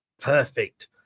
Perfect